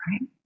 right